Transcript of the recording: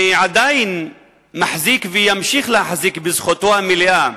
ועדיין מחזיק וימשיך להחזיק בזכותו המלאה והלגיטימית,